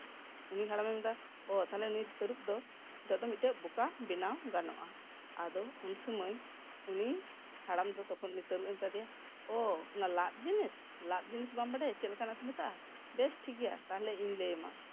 ᱩᱱᱤ ᱦᱟᱲᱟᱢᱮ ᱢᱮᱱᱫᱟ ᱩᱱᱤ ᱛᱟᱹᱨᱩᱵᱽ ᱫᱚ ᱱᱤᱛᱚᱜ ᱢᱤᱫᱴᱮᱱ ᱵᱚᱠᱟ ᱵᱮᱱᱟᱣ ᱜᱟᱱᱚᱜᱼᱟ ᱟᱫᱚ ᱩᱱ ᱥᱚᱢᱚᱭ ᱩᱱᱤ ᱦᱟᱲᱟᱢ ᱫᱚ ᱛᱚᱠᱷᱚᱱ ᱛᱟᱹᱨᱩᱵᱽ ᱮ ᱢᱮᱛᱟ ᱫᱮᱭᱟ ᱳᱦ ᱚᱱᱟ ᱞᱟᱫ ᱡᱤᱱᱤᱥ ᱞᱟᱫ ᱡᱤᱱᱤᱥ ᱵᱟᱢ ᱵᱟᱲᱟᱭᱟ ᱪᱮᱫ ᱞᱮᱠᱟᱱᱟ ᱠᱚ ᱢᱮᱛᱟᱜᱼᱟ ᱵᱮᱥ ᱴᱷᱤᱠ ᱜᱮᱭᱟ ᱤᱧ ᱞᱟᱹᱭ ᱟᱢᱟ